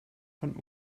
von